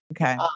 Okay